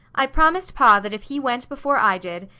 i promised pa that if he went before i did,